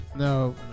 No